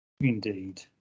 Indeed